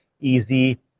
easy